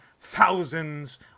thousands